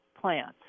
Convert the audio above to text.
plants